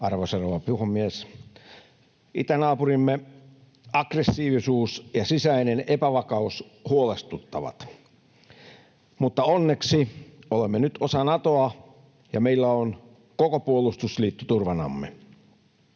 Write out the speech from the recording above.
rouva puhemies! Itänaapurimme aggressiivisuus ja sisäinen epävakaus huolestuttavat, mutta onneksi olemme nyt osa Natoa ja meillä on koko puolustusliitto turvanamme.